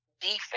defense